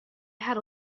had